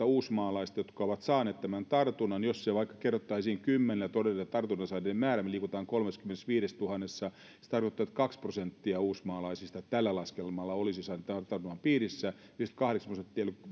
uusmaalaista jotka ovat saaneet tämän tartunnan jos se kerrottaisiin vaikka kymmenellä jotta saataisiin todellinen tartunnan saaneiden määrä niin liikutaan kolmessakymmenessäviidessätuhannessa se tarkoittaa että kaksi prosenttia uusmaalaisista tällä laskelmalla olisi sen tartunnan piirissä yhdeksänkymmentäkahdeksan prosenttia ei olisi vielä